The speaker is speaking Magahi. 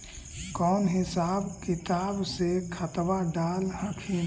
कौन हिसाब किताब से खदबा डाल हखिन?